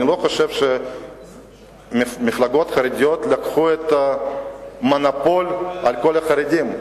אני לא חושב שהמפלגות החרדיות לקחו את המונופול על כל החרדים.